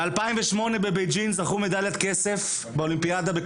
בשנת 2008 באולימפיאדה בבייג'ינג הם זכו במדליית כסף בכדוריד,